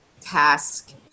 task